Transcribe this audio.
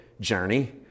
journey